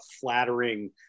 flattering